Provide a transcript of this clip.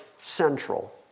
central